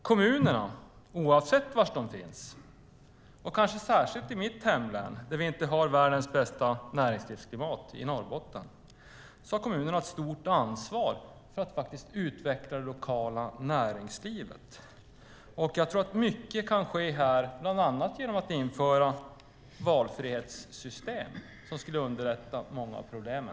Kommunerna, oavsett var de finns, och kanske särskilt i mitt hemlän Norrbotten där vi inte har världens bästa näringslivsklimat, har ett stort ansvar för att utveckla det lokala näringslivet. Jag tror att mycket kan göras bland annat genom att införa valfrihetssystem, som skulle underlätta många av problemen.